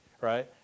right